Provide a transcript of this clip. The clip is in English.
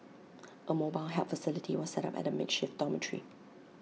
A mobile help facility was set up at the makeshift dormitory